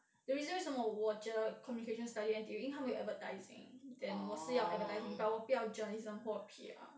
the reason 为什么我觉得 communication studies in N_T_U 因为他们有 advertising then 我是要 advertising but 我不要 journalism 或 P_R